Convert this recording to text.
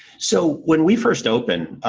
so, when we first opened